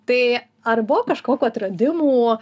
tai ar buvo kažkokių atradimų